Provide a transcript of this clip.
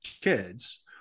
kids